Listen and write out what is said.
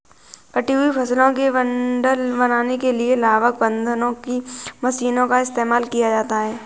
कटी हुई फसलों के बंडल बनाने के लिए लावक बांधने की मशीनों का इस्तेमाल किया जाता है